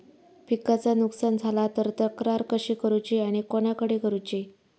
पिकाचा नुकसान झाला तर तक्रार कशी करूची आणि कोणाकडे करुची?